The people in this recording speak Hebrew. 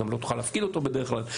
גם לא תוכל להפקיד אותו בדרך כלל,